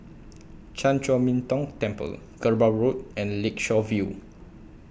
Chan Chor Min Tong Temple Kerbau Road and Lakeshore View